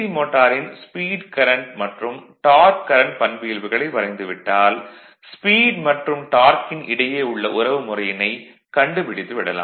மோட்டாரின் speed current மற்றும் torque current பண்பியல்புகளை வரைந்து விட்டால் ஸ்பீட் மற்றும் டார்க்கின் இடையே உள்ள உறவுமுறையினைக் கண்டுபிடித்து விடலாம்